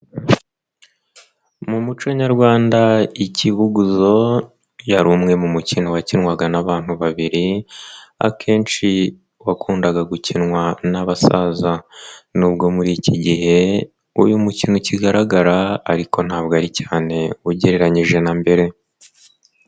Mu muco nyarwanda ikibuguzo yari umwe mu mukino wakinwaga n'abantu babiri akenshi wakundaga gukinwa n'abasaza. Nubwo muri iki gihe uyu mukino ukigaragara ariko ntabwo ari cyane ugereranyije na mbere.